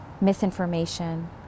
misinformation